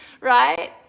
right